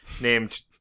named